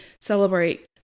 celebrate